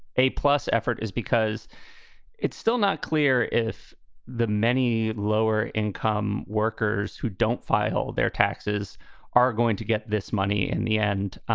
a plus effort is because it's still not clear if the many lower income workers who don't file their taxes are going to get this money in the end.